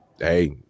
Hey